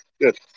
Good